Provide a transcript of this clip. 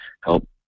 help